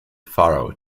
pharaoh